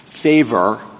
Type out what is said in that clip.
favor